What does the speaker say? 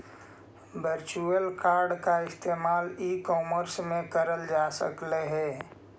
virtual card का इस्तेमाल e commerce में करल जा सकलई हे